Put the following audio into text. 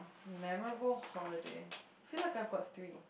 memorable holiday feel like I've got three